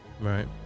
Right